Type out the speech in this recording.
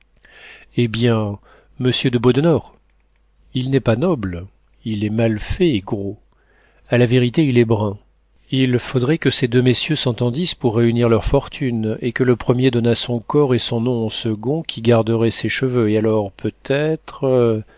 eh bien monsieur de beaudenord il n'est pas noble il est mal fait et gros a la vérité il est brun il faudrait que ces deux messieurs s'entendissent pour réunir leurs fortunes et que le premier donnât son corps et son nom au second qui garderait ses cheveux et alors peut-être